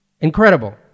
Incredible